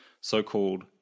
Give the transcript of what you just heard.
so-called